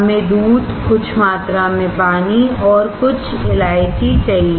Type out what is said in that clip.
हमें दूध कुछ मात्रा में पानी और कुछ इलायची चाहिए